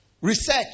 Research